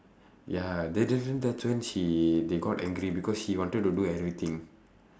ya then then then that's when she they got angry because she wanted to do everything